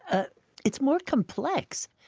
ah it's more complex.